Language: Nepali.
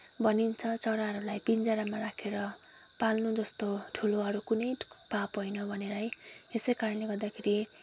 भनिन्छ चराहरूलाई पिँजडामा राखेर पाल्नु जस्तो ठुलो अरू कुनै पाप होइन भनेर है यसै कारणले गर्दाखेरि